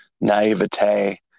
naivete